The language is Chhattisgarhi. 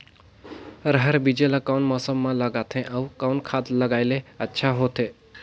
रहर बीजा ला कौन मौसम मे लगाथे अउ कौन खाद लगायेले अच्छा होथे?